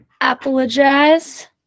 apologize